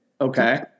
Okay